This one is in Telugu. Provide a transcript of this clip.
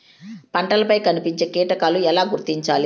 పంటలపై కనిపించే కీటకాలు ఎలా గుర్తించాలి?